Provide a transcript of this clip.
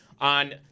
on